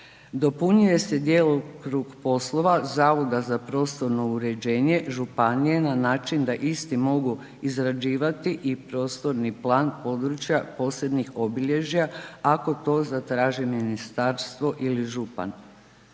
Dopunjuje se djelokrug poslova Zavoda za prostorno uređenje županije na način da isti mogu izrađivati i prostorni plan područja posebnih obilježja ako to zatraži ministarstvo ili župan.